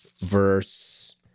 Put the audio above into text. verse